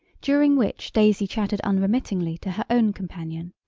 during which daisy chattered unremittingly to her own companion.